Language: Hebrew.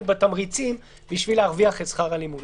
בתמריצים בשביל להרוויח את שכר הלימוד.